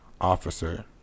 officer